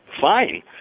Fine